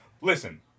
Listen